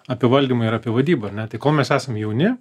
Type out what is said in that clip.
apie valdymą ir apie vadybą ar ne tai kol mes esam jauni